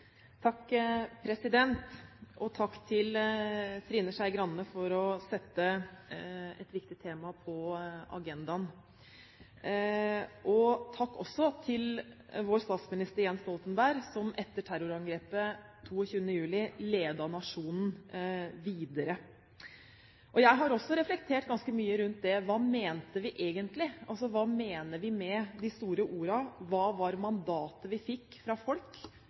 vår statsminister Jens Stoltenberg, som etter terrorangrepet 22. juli ledet nasjonen videre. Jeg har også reflektert ganske mye rundt: Hva mente vi egentlig? Hva mener vi med de store ordene? Hvilket mandat fikk vi fra folk